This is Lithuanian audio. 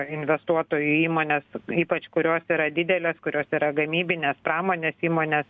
investuotojų įmonės ypač kurios yra didelės kurios yra gamybinės pramonės įmonės